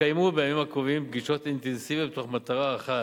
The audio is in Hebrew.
יקיימו בימים הקרובים פגישות אינטנסיביות במטרה אחת: